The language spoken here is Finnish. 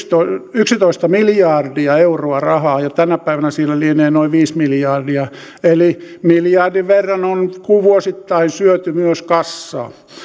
yksitoista miljardia euroa rahaa ja tänä päivänä siellä lienee noin viisi miljardia eli miljardin verran on vuosittain syöty myös kassaa